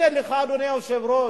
הנה לך, אדוני היושב-ראש,